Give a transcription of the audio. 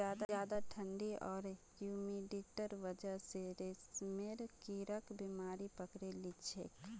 ज्यादा ठंडी आर ह्यूमिडिटीर वजह स रेशमेर कीड़ाक बीमारी पकड़े लिछेक